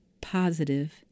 positive